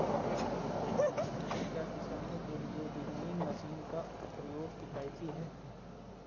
क्या किसानों के लिए विनोइंग मशीन का प्रयोग किफायती है?